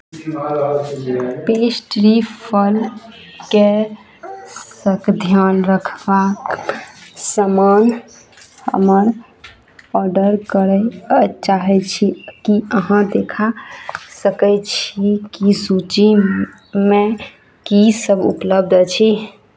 pastry फल केशक ध्यान रखबाक सामान हमर ऑर्डर करय चाहै छी की अहाँ देखा सकै छी कि सूचीमे कीसभ उपलब्ध अछि